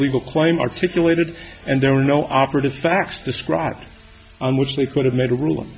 legal claim articulated and there were no operative facts described on which they could have made a ruling